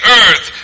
earth